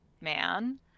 man